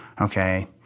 Okay